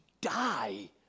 die